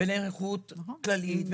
לנכות כללית,